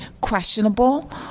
questionable